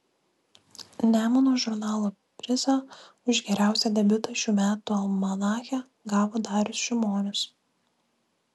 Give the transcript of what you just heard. nemuno žurnalo prizą už geriausią debiutą šių metų almanache gavo darius šimonis